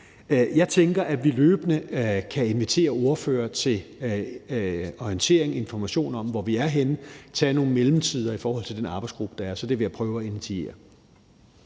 Jeg tænker, at vi løbende kan invitere ordførerne til orientering og information om, hvor vi er henne, og tage nogle mellemtider i forhold til den arbejdsgruppe, der er. Så det vil jeg prøve at initiere.